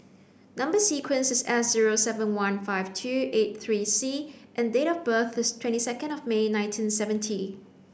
number sequence is S zero seven one five two eight three C and date of birth is twenty second of May nineteen seventy